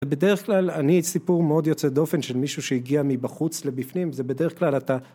בדרך כלל אני סיפור מאוד יוצא דופן של מישהו שהגיע מבחוץ לבפנים זה בדרך כלל אתה